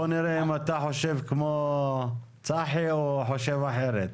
בוא נראה אם אתה חושב כמו צחי או שאתה חושב אחרת.